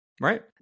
Right